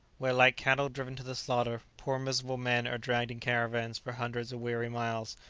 where like cattle driven to the slaughter, poor miserable men are dragged in caravans for hundreds of weary miles,